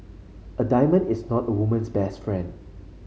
a diamond is not a woman's best friend